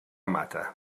mata